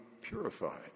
purified